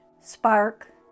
spark